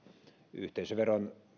yhteisöveron